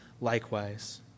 likewise